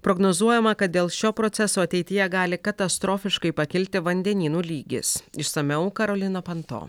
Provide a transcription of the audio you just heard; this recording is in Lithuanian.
prognozuojama kad dėl šio proceso ateityje gali katastrofiškai pakilti vandenynų lygis išsamiau karolina panto